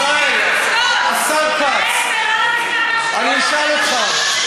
ישראל, השר כץ, אני אשאל אותך.